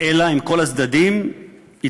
אלא אם כן כל הצדדים יתעשתו,